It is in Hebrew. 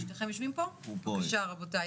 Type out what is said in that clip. בבקשה.